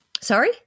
Sorry